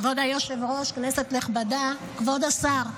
כבוד היושב-ראש, כנסת נכבדה, כבוד השר,